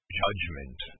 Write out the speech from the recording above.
judgment